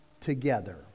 together